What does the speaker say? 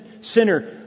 sinner